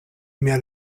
mia